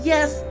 Yes